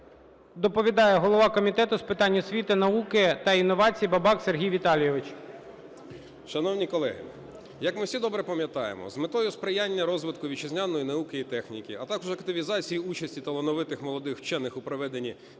Доповідає голова Комітету з питань освіти, науки та інновацій Бабак Сергій Віталійович. 17:56:39 БАБАК С.В. Шановні колеги! Як ми всі добре пам'ятаємо, з метою сприяння розвитку вітчизняної науки і техніки, а також активізації участі талановитих молодих вчених у проведенні